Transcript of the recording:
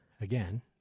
again